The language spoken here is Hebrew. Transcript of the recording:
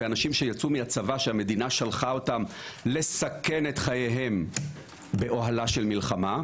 ואנשים שיצאו מהצבא שהמדינה שלחה אותם לסכן את חייהם באוהלה של מלחמה,